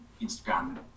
Instagram